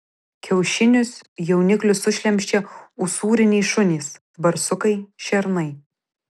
kiaušinius jauniklius sušlemščia usūriniai šunys barsukai šernai